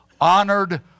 honored